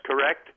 correct